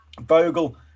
Bogle